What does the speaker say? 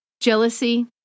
jealousy